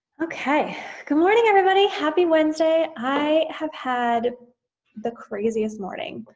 okay, good morning everybody. happy wednesday, i have had the craziest morning.